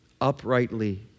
uprightly